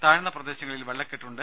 താഴ്ന്ന പ്രദേശങ്ങളിൽ വെള്ളകെട്ടുണ്ട്